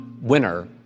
winner